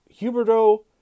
Huberto